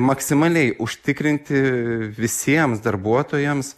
maksimaliai užtikrinti visiems darbuotojams